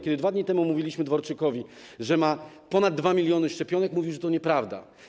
Kiedy 2 dni temu mówiliśmy Dworczykowi, że ma ponad 2 mln szczepionek, mówił, że to nieprawda.